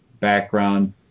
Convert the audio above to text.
background